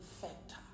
factor